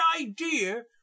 idea